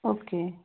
okay